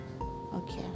Okay